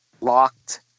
locked